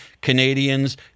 Canadians